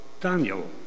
Daniel